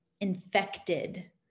infected